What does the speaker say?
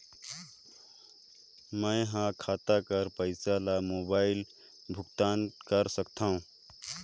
मैं ह खाता कर पईसा ला मोबाइल भुगतान कर सकथव?